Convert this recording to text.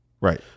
right